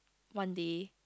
one day